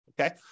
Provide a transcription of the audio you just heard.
okay